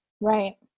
right